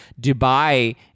Dubai